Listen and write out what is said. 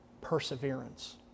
Perseverance